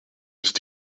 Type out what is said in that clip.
ist